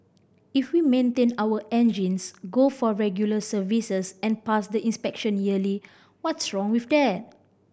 if we maintain our engines go for regular services and pass the inspection yearly what's wrong with that